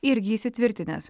irgi įsitvirtinęs